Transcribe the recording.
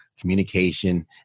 communication